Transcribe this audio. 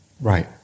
Right